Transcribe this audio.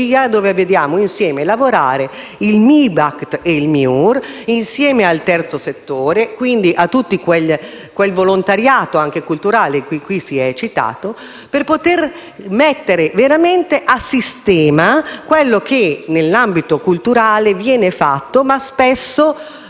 dove vediamo lavorare insieme il MIBACT e il MIUR, insieme al terzo settore, e quindi con tutto quel volontariato anche culturale che qui si è citato, per poter mettere veramente a sistema quello che nell'ambito culturale viene fatto, ma che spesso